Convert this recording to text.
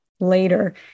later